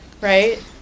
right